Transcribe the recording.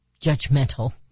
judgmental